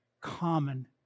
common